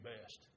best